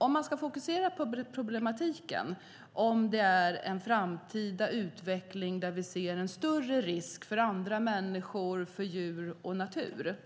Om vi fokuserar på problematiken med en framtida utveckling där vi ser större risker för andra människor, för djur och natur,